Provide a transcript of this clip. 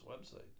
website